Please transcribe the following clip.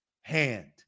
hand